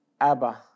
Abba